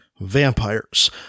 Vampires